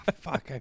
Fuck